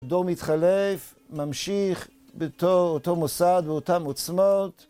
דור מתחלף, ממשיך באותו מוסד, באותן עוצמות